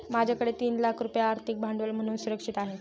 माझ्याकडे तीन लाख रुपये आर्थिक भांडवल म्हणून सुरक्षित आहेत